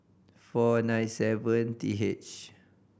four nine seven T H